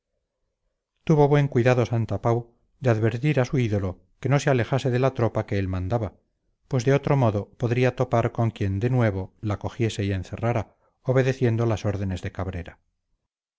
tuvo buen cuidado santapau de advertir a su ídolo que no se alejase de la tropa que él mandaba pues de otro modo podría topar con quien de nuevo la cogiese y encerrara obedeciendo las órdenes de cabrera